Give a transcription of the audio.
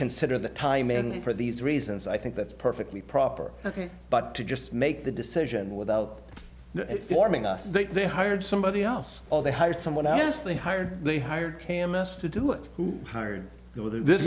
consider the time and for these reasons i think that's perfectly proper ok but to just make the decision without forming us think they hired somebody else all they hired someone else they hired they hired k m s to do it who hired